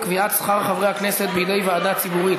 קביעת שכר חברי הכנסת בידי ועדה ציבורית),